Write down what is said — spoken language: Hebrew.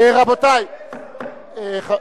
אדוני היושב-ראש,